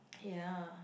ya